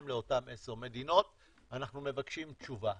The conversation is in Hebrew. לאותן 10 מדינות ואנחנו מבקשים תשובה.